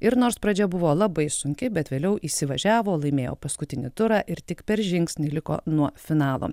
ir nors pradžia buvo labai sunki bet vėliau įsivažiavo laimėjo paskutinį turą ir tik per žingsnį liko nuo finalo